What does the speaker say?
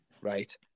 Right